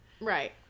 right